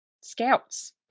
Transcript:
Scouts